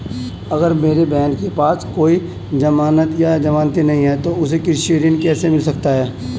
अगर मेरी बहन के पास कोई जमानत या जमानती नहीं है तो उसे कृषि ऋण कैसे मिल सकता है?